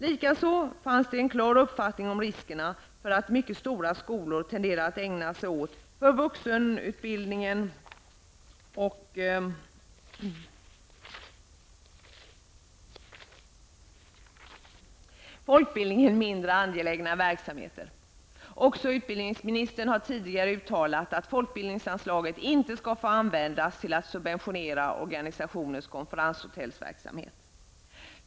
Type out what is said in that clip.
Likaså finns det en mycket klar uppfattning om riskerna för att mycket stora skolor tenderar att ägna sig åt, för vuxenutbildningen och folkbildningen, mindre angelägen verksamhet. Även utbildningsministern har tidigare uttalat att folkbildningsanslaget inte skall få användas till att subventionera organisationers konferenshotellverksamhet.